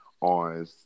on